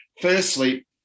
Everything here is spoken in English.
Firstly